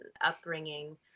upbringing